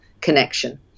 connection